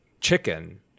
chicken